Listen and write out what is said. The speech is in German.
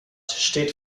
steht